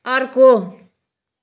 अर्को